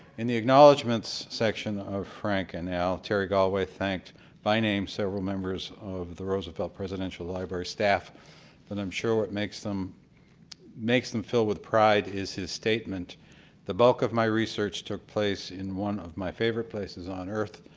in the acknowledgments section of frank and al. terry golway thanked by name several members of the roosevelt presidential library staff and i'm sure what makes them makes them fill with pride is his statement the bulk of my research took place in one of my favorite places on earth,